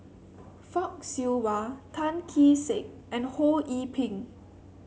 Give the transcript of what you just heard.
Fock Siew Wah Tan Kee Sek and Ho Yee Ping